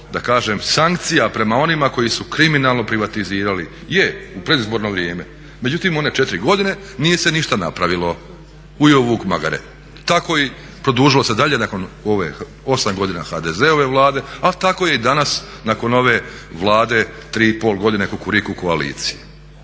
da kažem sankcija prema onima koji su kriminalno privatizirali? Je, u predizborno vrijeme, međutim u one četiri godine nije se ništa napravilo "Ujeo vuk magare." Tako i produžilo se dalje nakon ove 8 godina HDZ-ove vlade, ali tako je i danas nakon ove Vlade, 3,5 godine Kukuriku koalicije.